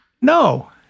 No